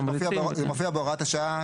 אז זה מופיע בהוראת שעה,